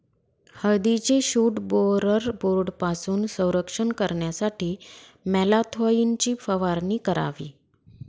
हळदीचे shoot borer बोर्डपासून संरक्षण करण्यासाठी मॅलाथोईनची फवारणी करावी